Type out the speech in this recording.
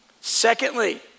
Secondly